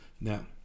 Now